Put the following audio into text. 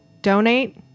donate